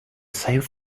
safe